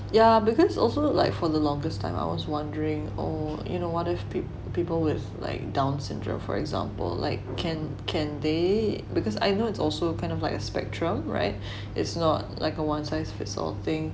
yeah because also like for the longest time I was wondering oh you know what of people with like down syndrome for example like can can they because I know it's also kind of like a spectrum [right] is not like a one size fits all thing